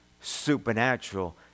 supernatural